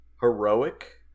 Heroic